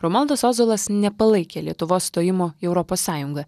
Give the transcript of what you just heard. romualdas ozolas nepalaikė lietuvos stojimo į europos sąjungą